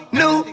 new